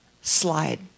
slide